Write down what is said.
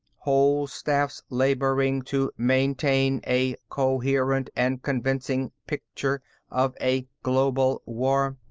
whole staffs laboring to maintain a coherent and convincing picture of a global war.